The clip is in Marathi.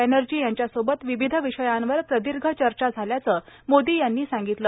बन्नर्जी यांच्यासोबत विविध विषयांवर प्रदीर्घ चर्चा झाल्याचं मोदी यांनी सांगितलं